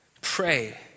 Pray